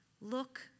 Look